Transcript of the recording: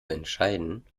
entscheiden